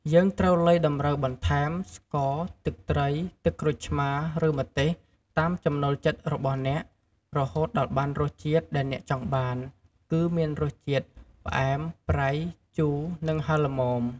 យើងត្រូវលៃតម្រូវបន្ថែម ស្ករ ទឹកត្រី ទឹកក្រូចឆ្មារ ឬម្ទេស តាមចំណូលចិត្តរបស់អ្នក រហូតដល់បានរសជាតិដែលអ្នកចង់បាន គឺមានរសជាតិផ្អែម ប្រៃ ជូរ និងហិរល្មម។